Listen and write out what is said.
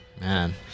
Man